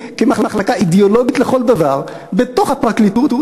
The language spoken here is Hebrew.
כמחלקה אידיאולוגית לכל דבר בתוך הפרקליטות,